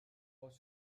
pot